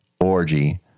orgy